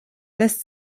lässt